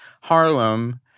Harlem